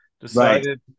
decided